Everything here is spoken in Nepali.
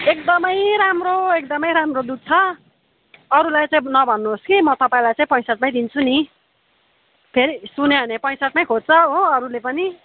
एकदमै राम्रो एकदमै राम्रो दुध छ अरूलाई चाहिँ नभन्नुहोस् कि म तपाईँलाई चाहिँ पैँसाट्ठीमै दिन्छु नि फेरि सुन्यो भने पैँसाट्ठीमै खोज्छ हो अरूले पनि